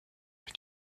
est